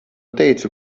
teicu